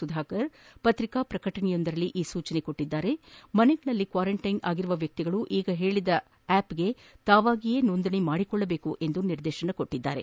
ಸುಧಾಕರ್ ಪತ್ರಿಕಾ ಪ್ರಕಟಣೆಯೊಂದರಲ್ಲಿ ಈ ಸೂಚನೆ ನೀಡಿದ್ದು ಮನೆಗಳಲ್ಲಿ ಕ್ವಾರಂಟೈನ್ ಆಗಿರುವ ವ್ಯಕ್ತಿಗಳು ಈಗ ಹೇಳಿದ ಆಪ್ಗೆ ತಾವಾಗಿಯೇ ನೋಂದಣಿ ಮಾಡಿಕೊಳ್ಳಬೇಕು ಎಂದು ನಿರ್ದೇಶಿಸಿದ್ದಾರೆ